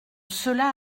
cela